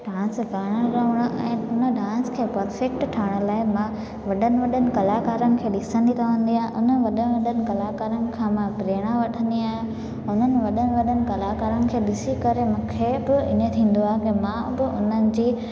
dance करणु रवण ऐं हुन ॾांस खे परफेक्ट ठाहिण लाइ मां वॾनि वॾनि कलाकारनि खे ॾिसंदी रहंदी आहियां अने वॾनि वॾनि कलाकारनि खां मां प्रेरणा वठंदी आहियां हुननि वॾनि वॾनि कलाकारनि खे ॾिसी करे मूंखे बि इअं थींदो आहे की मां बि उन्हनि जी